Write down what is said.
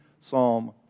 Psalm